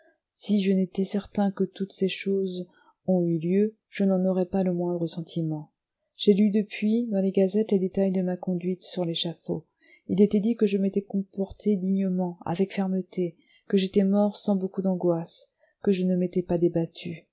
si je n'étais certain que toutes ces choses ont eu lieu je n'en aurais pas le moindre sentiment j'ai lu depuis dans les gazettes les détails de ma conduite sur l'échafaud il était dit que je m'étais comporté dignement avec fermeté que j'étais mort sans beaucoup d'angoisses que je ne m'étais pas débattu